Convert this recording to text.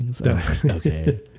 Okay